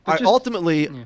Ultimately